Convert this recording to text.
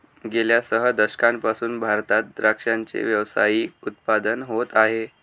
गेल्या सह दशकांपासून भारतात द्राक्षाचे व्यावसायिक उत्पादन होत आहे